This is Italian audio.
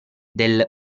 del